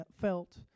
felt